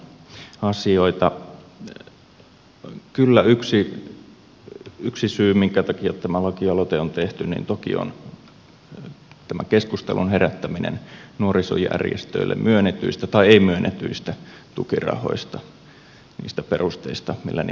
kyllä yksi syy minkä takia tämä lakialoite on tehty toki on keskustelun herättäminen nuorisojärjestöille myönnetyistä tai ei myönnetyistä tukirahoista niistä perusteista millä niitä myönnetään